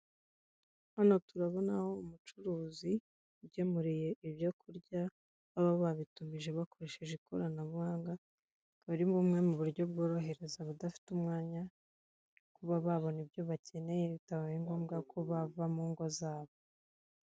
Hano turabona aho umucuruzi ugemuriye ibyo kurya baba babitumije bakoresheje ikoranabuhanga, buri bumwe mu buryo bworohereza abadafite umwanya, kuba babona ibyo bakeneye bitabaye ngombwa ko bava mu ngo zabo.